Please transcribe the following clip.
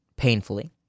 Painfully